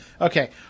okay